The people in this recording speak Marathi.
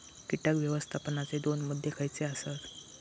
कीटक व्यवस्थापनाचे दोन मुद्दे खयचे आसत?